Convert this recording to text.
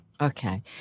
Okay